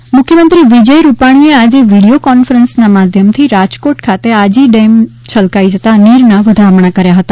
Rajkot Aji dam મુખ્યમંત્રી વિજય રૂપાણીએ આજે વિડિયો કોન્ફરન્સના માધ્યમથી રાજકોટ ખાતે આજી ડેમ છલકાઇ જતા નીરના વધામણા કર્યા હતા